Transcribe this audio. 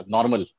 Normal